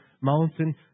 mountain